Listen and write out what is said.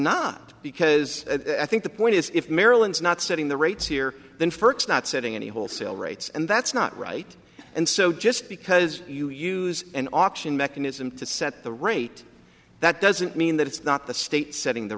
not because i think the point is if maryland's not setting the rates here then first not setting any wholesale rates and that's not right and so just because you use an option mechanism to set the rate that doesn't mean that it's not the state setting the